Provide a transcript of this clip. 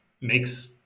makes